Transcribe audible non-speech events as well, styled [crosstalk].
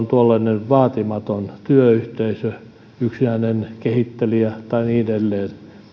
[unintelligible] tuollainen vaatimaton työyhteisö yksinäinen kehittelijä tai niin edelleen